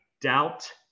doubt